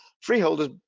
freeholders